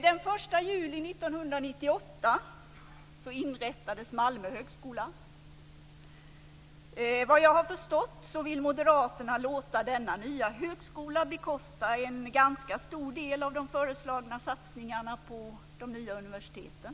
Den 1 juli 1998 inrättades Malmö högskola. Såvitt jag har förstått vill moderaterna låta denna nya högskola bekosta en ganska stor del av de föreslagna satsningarna på de nya universiteten.